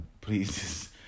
please